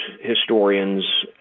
historians